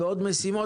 ועוד משימות,